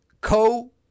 co